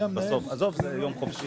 נוכח.